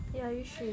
ya you should